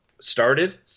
started